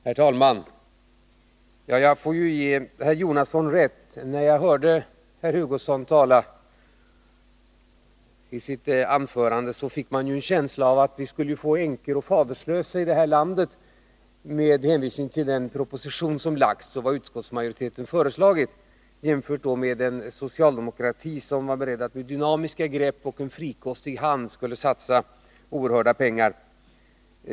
Herr talman! Jag får lov att ge herr Jonasson rätt. När man hörde herr Hugosson hålla sitt anförande, så fick man en känsla av att vi med anledning av propositionen och vad utskottet har föreslagit skulle få änkor och faderlösa i detta land. Socialdemokratin däremot var enligt herr Hugosson beredd att med dynamiska grepp och en frikostig hand satsa oerhörda pengar.